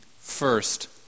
first